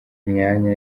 myanya